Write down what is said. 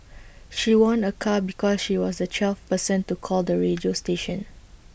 she won A car because she was the twelfth person to call the radio station